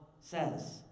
says